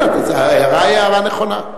ההערה היא הערה נכונה.